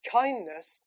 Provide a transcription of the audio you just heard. Kindness